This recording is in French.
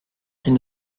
qu’il